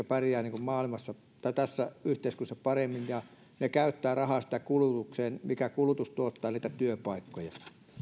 pärjäävät tässä yhteiskunnassa paremmin ja ja käyttävät rahaa sitten kulutukseen koska kulutus tuottaa niitä työpaikkoja